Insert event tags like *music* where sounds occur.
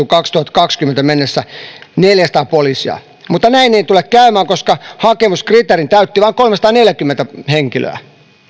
*unintelligible* kaksituhattakaksikymmentä mennessä neljäsataa poliisia mutta näin ei tule käymään koska hakemuskriteerin täytti vain kolmesataaneljäkymmentä henkilöä